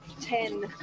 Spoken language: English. ten